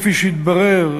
כפי שהתברר,